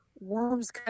worms